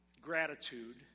gratitude